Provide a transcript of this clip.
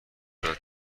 داد